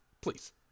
Please